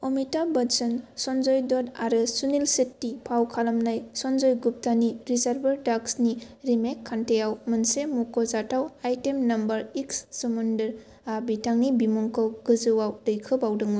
अमिताभ बच्चन संजय दत्त आरो सुनील शेट्टी फाव खालामनाय संजय गुप्तानि 'रिजर्बयर ड'ग्स' नि रिमेक 'कांटे' आव मोनसे मुख'जाथाव आइटेम नंबर 'इश्क समुंदर' आ बिथांनि बिमुंखौ गोजौआव दैखोबावदोंमोन